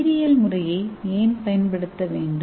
உயிரியல் முறையை ஏன் பயன்படுத்தவேண்டும்